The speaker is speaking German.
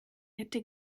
hätte